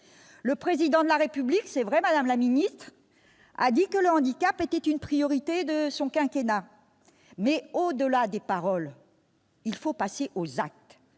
Le Président de la République a effectivement dit que le handicap était une priorité de son quinquennat. Mais, au-delà des paroles, il faut passer aux actes.